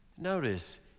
Notice